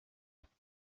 kristo